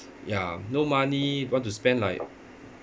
ya no money want to spend like